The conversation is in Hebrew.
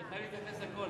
אני חייב להתייחס לכול.